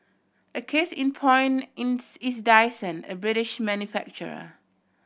a case in point is Dyson a British manufacturer